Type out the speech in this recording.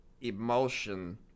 emotion